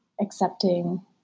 accepting